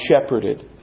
shepherded